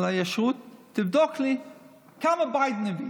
על הישרות: תבדוק לי כמה ביידן הביא.